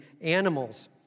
animals